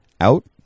out